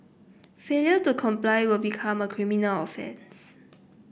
failure to comply will become a criminal offence